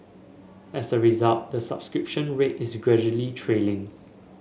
as a result the subscription rate is gradually trailing